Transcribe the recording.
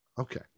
Okay